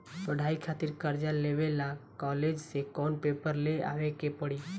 पढ़ाई खातिर कर्जा लेवे ला कॉलेज से कौन पेपर ले आवे के पड़ी?